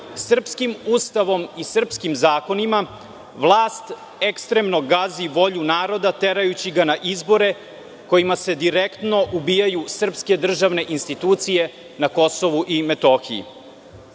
srpskim Ustavom i srpskim zakonima, vlast ekstremno gazi volju naroda terajući ga na izbore kojima se direktno ubijaju srpske državne institucije na KiM. U tom